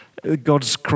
God's